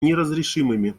неразрешимыми